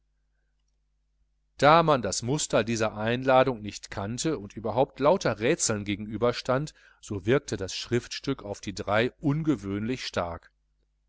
da man das muster dieser einladung nicht kannte und überhaupt lauter rätseln gegenüberstand so wirkte das schriftstück auf die drei ungewöhnlich stark